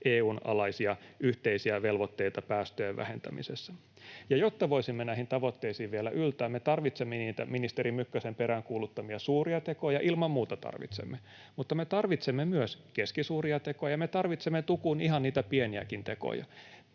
EU:n alaisia yhteisiä velvoitteita päästöjen vähentämisessä. Jotta voisimme näihin tavoitteisiin vielä yltää, me tarvitsemme niitä ministeri Mykkäsen peräänkuuluttamia suuria tekoja — ilman muuta tarvitsemme — mutta me tarvitsemme myös keskisuuria tekoja ja me tarvitsemme tukun ihan niitä pieniäkin tekoja.